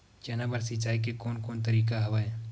चना बर सिंचाई के कोन कोन तरीका हवय?